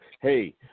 hey